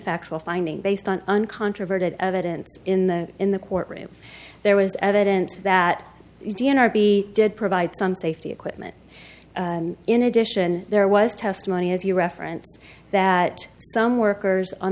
factual finding based on uncontroverted evidence in the in the court room there was evidence that d n r be did provide some safety equipment and in addition there was testimony as you reference that some workers on